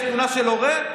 יש תלונה של הורה?